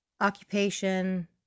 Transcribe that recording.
occupation